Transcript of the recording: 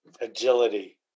agility